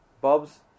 Bob's